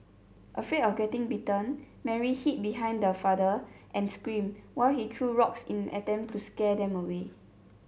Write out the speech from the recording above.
afraid of getting bitten Mary hid behind her father and screamed while he threw rocks in an attempt to scare them away